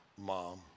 mom